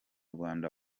rwanda